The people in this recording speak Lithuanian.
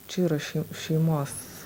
čia yra ši šeimos